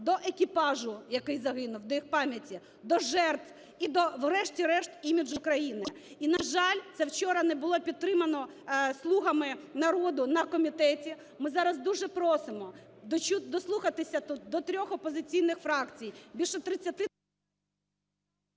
до екіпажу, який загинув, до їх пам'яті, до жертв і до, врешті-решт, іміджу країни. І, на жаль, це вчора не було підтримано "слугами народу" на комітеті. Ми зараз дуже просимо дослухатися тут до трьох опозиційних фракцій,